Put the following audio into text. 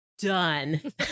done